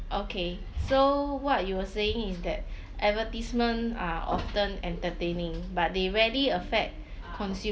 okay so what you were saying is that advertisement are often entertaining but they rarely affect consumer